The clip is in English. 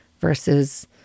versus